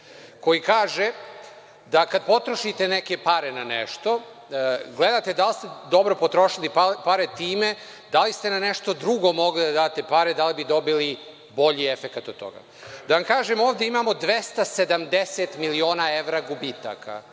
koji kaže da kad potrošite neke pare na nešto, gledate da li ste dobro potrošili pare time da li ste na nešto drugo mogli da date pare da li bi dobili bolji efekat od toga. Da vam kažem, ovde imamo 270 miliona evra gubitaka